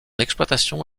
exploitation